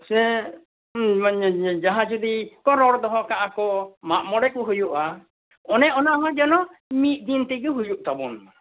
ᱥᱮ ᱡᱟᱦᱟᱸᱭ ᱡᱩᱫᱤ ᱵᱚᱱ ᱨᱚᱲ ᱫᱚᱦᱚᱠᱟᱜᱼᱟᱠᱚ ᱢᱟᱜᱼᱢᱚᱲᱮ ᱠᱚ ᱦᱩᱭᱩᱜᱼᱟ ᱚᱱᱮ ᱚᱱᱟ ᱦᱚᱸ ᱡᱮᱱᱚ ᱢᱤᱫ ᱫᱤᱱ ᱛᱮᱜᱮ ᱦᱩᱭᱩᱜ ᱛᱟᱵᱚᱱ ᱢᱟ